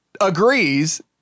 agrees